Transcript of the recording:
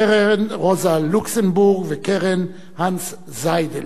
קרן רוזה לוקסמבורג וקרן הנס זיידל,